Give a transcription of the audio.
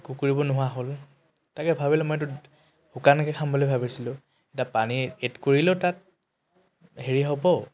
একো কৰিব নোহোৱা হ'ল তাকে ভাবিলো মইটো শুকানকৈ খাম বুলি ভাবিছিলোঁ এতিয়া পানী এড কৰিলেও তাত হেৰি হ'ব